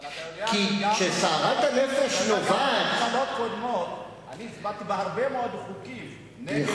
אבל אתה יודע שגם בממשלות קודמות אני הצבעתי על הרבה מאוד חוקים נגד,